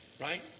right